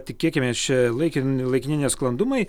tikėkimės čia laikin laikini nesklandumai